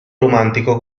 romantico